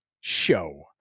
show